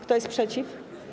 Kto jest przeciw?